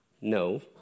No